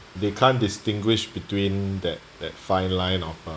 they can't distinguish between that that fine line of uh